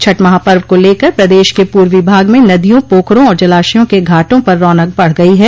छठ महापर्व को लेकर प्रदेश के पूर्वी भाग में नदियों पोखरों और जलाशयों के घाटों पर रौनक बढ़ गई है